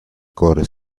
corre